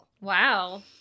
Wow